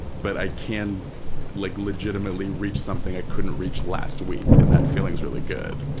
but i can like legitimately reach something i couldn't reach last week, and that feeling is really good.